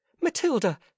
Matilda